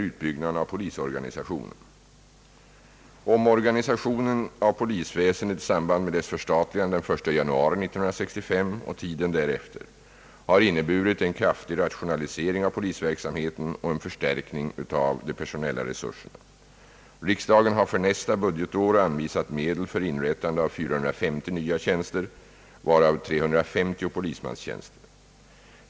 Utbyggnad av polisorganisationen. Omorganisationen av polisväsendet i samband med dess förstatligande den 1 januari 1965 och tiden därefter har inneburit en kraftig rationalisering av polisverksamheten och en förstärkning av de personella resurserna. Riksdagen har för nästa budgetår anvisat medel för inrättande av 450 nya tjänster, varav 350 polismanstjänster.